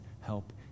help